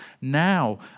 now